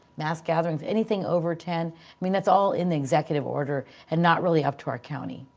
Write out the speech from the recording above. mass gatherings, anything over ten. i mean that's all in the executive order and not really up to our county.